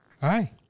Hi